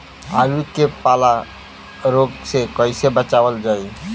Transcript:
आलू के पाला रोग से कईसे बचावल जाई?